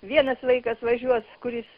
vienas vaikas važiuos kuris